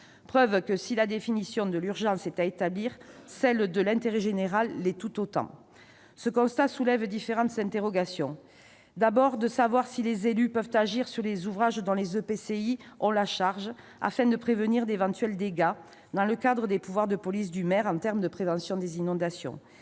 preuve que, si la définition de l'urgence est à établir, celle de l'intérêt général l'est tout autant. Ce constat soulève différentes interrogations. Tout d'abord, les maires peuvent-ils agir sur les ouvrages dont les EPCI ont la charge afin de prévenir d'éventuels dégâts dans le cadre de leurs pouvoirs de police en termes de prévention des inondations